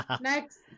Next